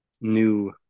new